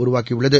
உருவாக்கியுள்ளது